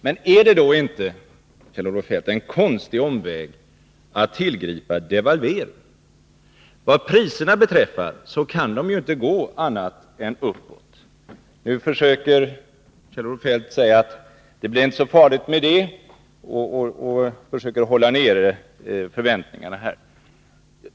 Men är det då inte, Kjell-Olof Feldt, en konstig omväg att tillgripa devalvering? Vad priserna beträffar kan de ju inte gå annat än uppåt. Nu säger Kjell-Olof Feldt att det inte blir så farligt med det och försöker hålla nere förväntningarna.